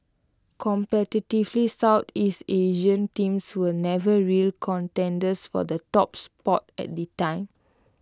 competitively Southeast Asian teams were never real contenders for the top spot at the time